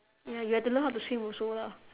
ya you have to learn how to swim also lah